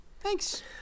Thanks